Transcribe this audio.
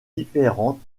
différentes